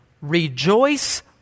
Rejoice